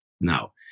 now